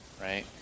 right